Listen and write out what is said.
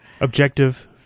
objective